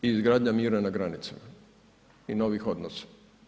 I izgradnja mira na granicama i novih odnosa.